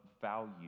value